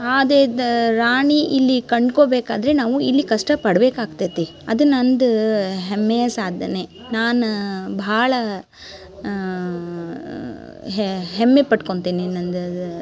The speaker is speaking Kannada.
ಆದೇದ ರಾಣಿ ಇಲ್ಲಿ ಕಣ್ಕೊಬೇಕಾದರೆ ನಾವು ಇಲ್ಲಿ ಕಷ್ಟ ಪಡ್ಬೇಕಾಕ್ತೇತಿ ಅದು ನಂದು ಹೆಮ್ಮೆಯ ಸಾಧನೆ ನಾನ ಭಾಳ ಹೆಮ್ಮೆ ಪಟ್ಕೊಳ್ತೀನಿ ನಂದು ಅದು